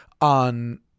on